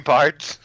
Parts